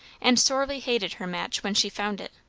and sorely hated her match when she found it.